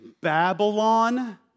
Babylon